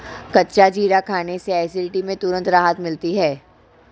कच्चा जीरा खाने से एसिडिटी में तुरंत राहत मिलती है